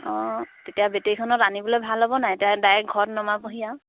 অঁ তেতিয়া বেটেৰীখনত আনিবলৈ ভাল হ'ব নাই এতিয়া ডাইৰেক্ট ঘৰত নমাবহি আৰু